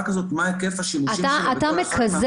כזאת - מה היקף השימושים שלה בכל אחת מהקופות.